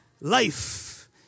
life